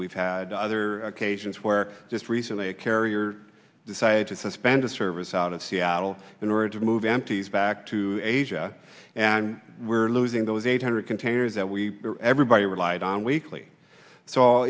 we've had other occasions where just recently a carrier decided to suspend a service out of seattle in order to move empties back to asia and we were losing those eight hundred containers that we everybody would i don weekly so